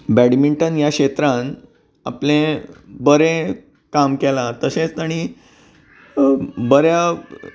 badminton ह्या क्षेत्रांत आपलें बरें काम केलां तशेंच ताणी बऱ्या